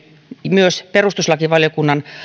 myös perustuslakivaliokunnan